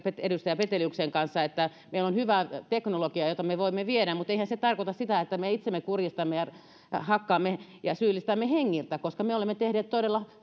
edustaja peteliuksen kanssa että meillä on hyvä teknologia jota me voimme viedä mutta eihän se tarkoita sitä että me itsemme kuristamme ja hakkaamme ja syyllistämme hengiltä koska me olemme tehneet todella